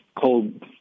cold